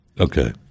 Okay